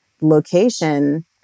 location